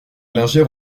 lingère